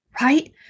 right